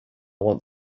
want